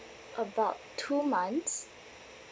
about two months